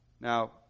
Now